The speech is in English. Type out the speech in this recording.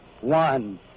one